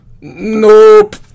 nope